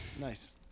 Nice